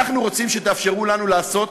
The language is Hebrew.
אנחנו רוצים שתאפשרו לנו לעשות,